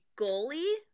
goalie